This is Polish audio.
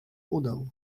udał